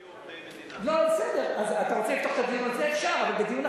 מבחינתי, אני מוכן שהם יהיו עובדי מדינה.